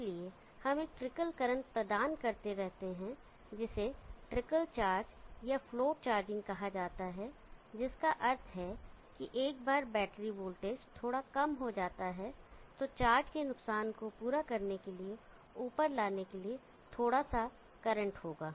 इसलिए हम एक ट्रिकल करंट प्रदान करते रहते हैं जिसे ट्रिकल चार्ज या फ्लोट चार्जिंग कहा जाता है जिसका अर्थ है कि एक बार जब बैटरी वोल्टेज थोड़ा कम हो जाता है तो चार्ज के नुकसान को पूरा करने के लिए ऊपर लाने के लिए थोड़ा सा करंट होगा